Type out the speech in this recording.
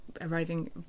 arriving